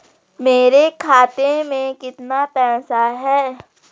मेरे खाते में कितना पैसा है?